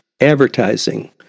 advertising